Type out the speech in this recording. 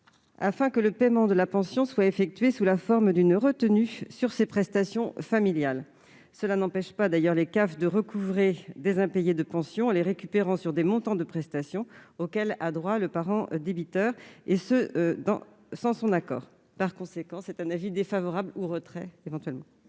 pour que le paiement de la pension soit effectué sous la forme d'une retenue sur ses prestations familiales. Cela n'empêche d'ailleurs pas les CAF de recouvrer des impayés de pension, en les récupérant sur des prestations auxquelles a droit le parent débiteur, et ce sans son accord. Par conséquent, la commission demande le retrait de cet amendement